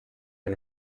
and